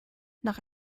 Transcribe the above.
nach